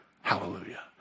hallelujah